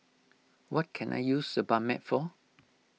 what can I use Sebamed for